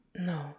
no